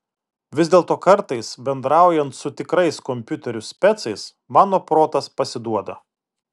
vis dėlto kartais bendraujant su tikrais kompiuterių specais mano protas pasiduoda